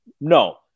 No